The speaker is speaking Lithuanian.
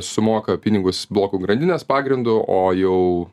sumoka pinigus blokų grandinės pagrindu o jau